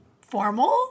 formal